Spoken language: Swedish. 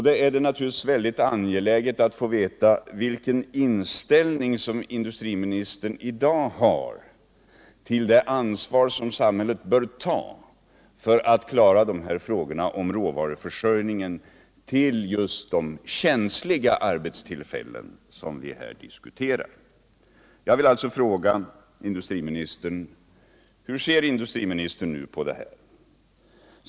Det är naturligtvis väldigt angeläget att få veta vilken inställning industriministern i dag har till det ansvar som samhället bör ta för att klara de frågor som gäller råvaruförsörjningen till just de känsliga arbetstillfällen som vi här diskuterar. Jag vill alltså fråga: Hur ser industriministern på det här?